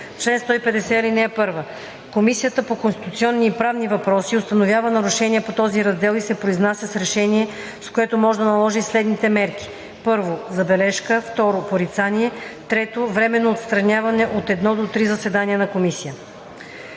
150: „Чл. 150. (1) Комисията по конституционни и правни въпроси установява нарушение по този раздел и се произнася с решение, с което може да наложи следните мерки: 1. забележка; 2. порицание; 3. временно отстраняване от едно до три заседания на комисия.